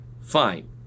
Fine